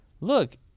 look